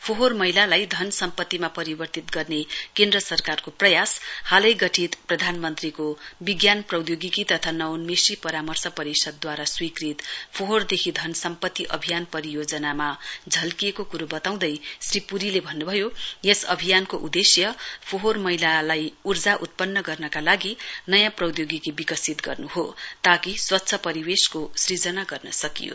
फोहोर मैलालाई धन सम्पतिमा परिवर्तन गर्ने केन्द्रसरकारको प्रयास हालै गठित प्रदानमन्त्रीको विज्ञान प्रोधोगिकी तथा नोवमेषी परामर्श परिषदद्वारा स्वीकृत फोहोर देखि धन सम्पति अभियान परियोजनामा झल्किएको कुरो वताउँदै श्री पुरीले भन्नुभयो यस अभियानको उदेश्य फोहोर मैलालाई उर्जा उत्पन्न गर्नका लागि नयाँ प्रौधोगिकी विकसित गर्नु हो ताकि स्वच्छ परिववेशको सृजना गर्न सकियो